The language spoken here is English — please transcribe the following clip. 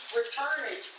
returning